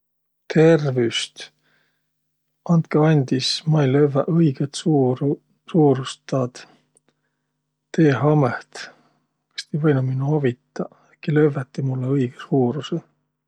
Tervüst! Andkõq andis, ma ei lövväq õigõt suurust taad T-hamõht. Kas ti võinuq minno avitaq? Äkki lövvätiq mullõ õigõ suurusõ?